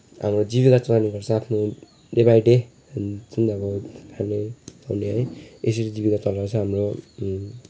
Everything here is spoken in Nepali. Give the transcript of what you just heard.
अब जीविका चलाउने गर्छ आफ्नो डे बाई डे जुन अब खाले है यसरी जीविका चलाउँछ हाम्रो